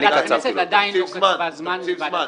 ועדת הכנסת עדיין לא קצבה זמן בוועדת הכלכלה.